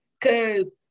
cause